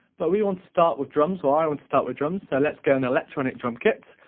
but we want to start with drums, or i want to start with drums, so let's go on electronic drum kits.